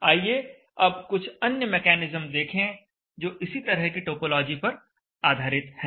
आइए अब कुछ अन्य मेकैनिज्म देखें जो इसी तरह की टोपोलॉजी पर आधारित हैं